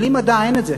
בלי מדע אין את זה.